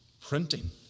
printing